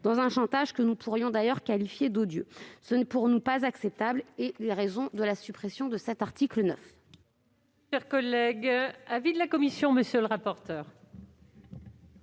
dans un chantage que nous pourrions d'ailleurs qualifier d'odieux. C'est pour nous inacceptable. C'est pourquoi nous demandons la suppression de cet article.